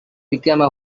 became